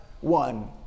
One